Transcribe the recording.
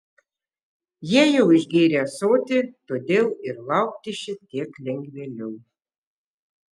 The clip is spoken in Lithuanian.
jie jau išgėrę ąsotį todėl ir laukti šiek tiek lengvėliau